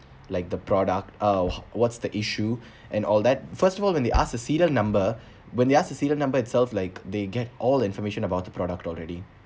like the product oh what's the issue and all that first of all when we ask the serial number when we ask the serial number itself like they get all the information about the product already